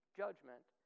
judgment